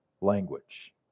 language